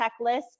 checklist